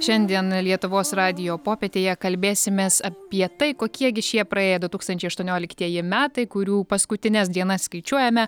šiandien lietuvos radijo popietėje kalbėsimės apie tai kokie gi šie praėję du tūkstančiai aštuonioliktieji metai kurių paskutines dienas skaičiuojame